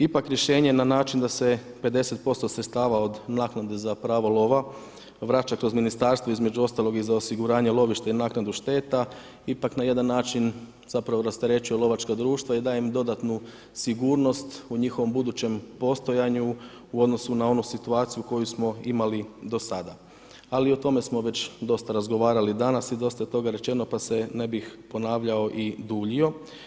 Ipak rješenje na način da se 50% sredstava od naknade za pravo lova vraća kroz ministarstvo, između ostalog i za osiguranje lovišta i naknadu šteta ipak na jedan način rasterećuje lovačka društva i daje im dodatnu sigurnost u njihovom budućem postojanju u odnosu na onu situaciju koju smo imali do sada, ali o tome smo već dosta razgovarali danas i dosta je toga rečeno pa se ne bih ponavljao i duljio.